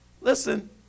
listen